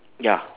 ya